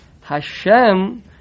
Hashem